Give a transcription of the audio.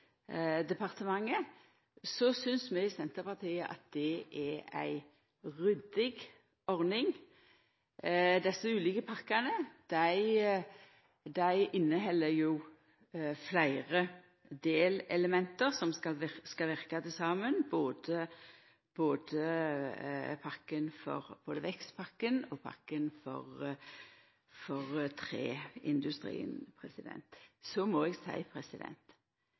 departementet, synest vi i Senterpartiet at det er ei ryddig ordning. Desse ulike pakkane inneheld fleire delelement som skal verka saman, både vekstpakken og pakken for treindustrien. Så må eg